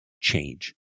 change